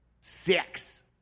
six